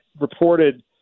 reported